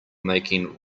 making